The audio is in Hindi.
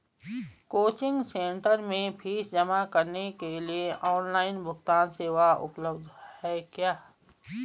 कोचिंग सेंटर में फीस जमा करने के लिए ऑनलाइन भुगतान सेवा उपलब्ध है क्या?